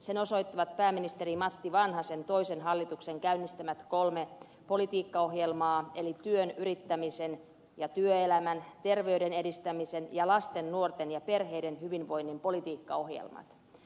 sen osoittavat pääministeri matti vanhasen toisen hallituksen käynnistämät kolme politiikkaohjelmaa eli työn yrittämisen ja työelämän terveyden edistämisen sekä lasten nuorten ja perheiden hyvinvoinnin politiikkaohjelmat